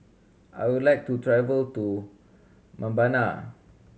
I would like to travel to Mbabana